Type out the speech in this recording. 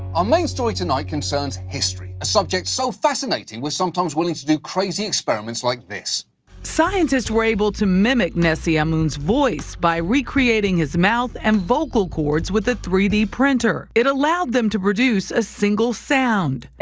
our main story tonight concerns history. a subject so fascinating, we're sometimes willing to do crazy experiments like this reporter scientists were able to mimic nesyamun's voice by recreating his mouth and vocal chords with a three d printer. it allowed them to produce a single sound.